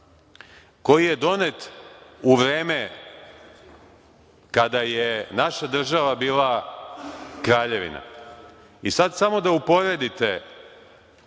koji je donet u vreme kada je naša država bila kraljevina. Sada samo da uporedite